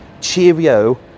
cheerio